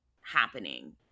happening